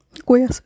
কৈ আছো